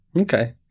Okay